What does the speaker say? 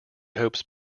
hopes